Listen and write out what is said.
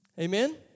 Amen